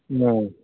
ꯎꯝ